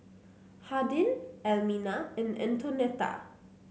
Hardin Elmina and Antonetta